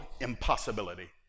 impossibility